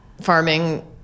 farming